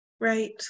right